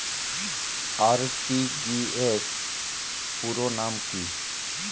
RTGS পুরো নাম কি?